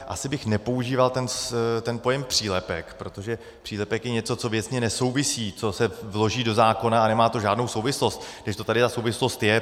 Asi bych nepoužíval ten pojem přílepek, protože přílepek je něco, co věcně nesouvisí, co se vloží do zákona a nemá to žádnou souvislost, kdežto tady ta souvislost je.